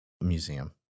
museum